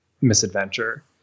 misadventure